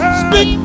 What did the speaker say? speak